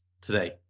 today